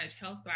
health